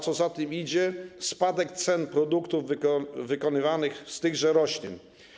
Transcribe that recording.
Co za tym idzie, nastąpi spadek cen produktów wykonywanych z tychże roślin.